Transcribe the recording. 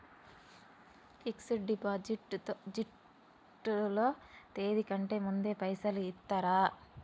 Fix డ్ deposit లో తేది కంటే ముందే పైసలు ఇత్తరా?